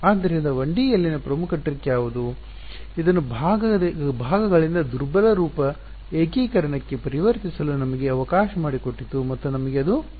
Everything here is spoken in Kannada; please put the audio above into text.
ಆದ್ದರಿಂದ 1D ಯಲ್ಲಿನ ಪ್ರಮುಖ ಟ್ರಿಕ್ ಯಾವುದು ಇದನ್ನು ಭಾಗಗಳಿಂದ ದುರ್ಬಲ ರೂಪ ಏಕೀಕರಣಕ್ಕೆ ಪರಿವರ್ತಿಸಲು ನಮಗೆ ಅವಕಾಶ ಮಾಡಿಕೊಟ್ಟಿತು ಮತ್ತು ನಮಗೆ ಅದು ಅಗತ್ಯವಾಗಿತ್ತು